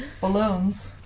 Balloons